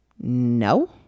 no